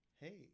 Hey